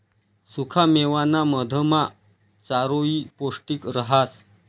सुखा मेवाना मधमा चारोयी पौष्टिक रहास